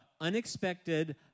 unexpected